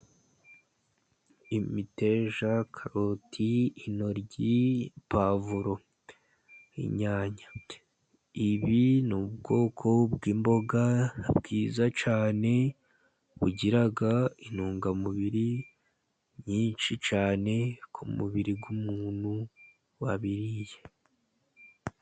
Imiteja, karoti, intoryi, puwavuro, inyanya. Ibi ni ubwoko bw'imboga bwiza cyane, bugira intungamubiri nyinshi cyane ku mubiri w'umuntu wabiriye.